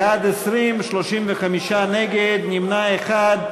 בעד, 20, 35 נגד, נמנע אחד.